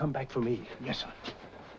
come back for me yes